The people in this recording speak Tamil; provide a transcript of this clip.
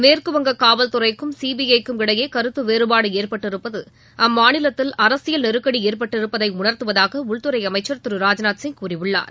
மேற்குவங்க காவல்துறைக்கும் சிபிஐ க்கும் இடையே கருத்து வேறபாடு ஏற்பட்டிருப்பது அம்மாநிலத்தில் அரசியல் நெருக்கடி ஏற்பட்டிருப்பதை உணர்த்துவதாக உள்துறை அமைச்சர் திரு ராஜ்நாத் சிங் கூறியுள்ளார்